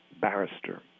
barrister